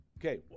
Okay